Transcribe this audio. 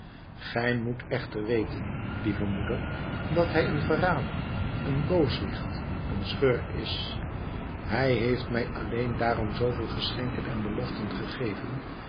gij moet echter weten lieve moeder dat hij een verrader een booswicht een schurk is hij heeft mij alleen daarom zooveel geschenken en beloften gegeven